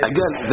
Again